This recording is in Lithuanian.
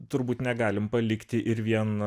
turbūt negalim palikti ir vien